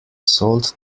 sold